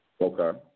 Okay